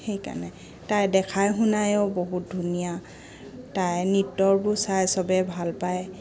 সেইকাৰণে তাই দেখাই শুনায়ো বহুত ধুনীয়া তাই নৃত্যবোৰ চাই চবে ভাল পায়